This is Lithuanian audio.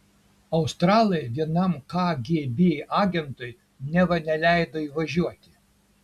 australai vienam kgb agentui neva neleido įvažiuoti